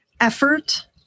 effort